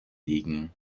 liegen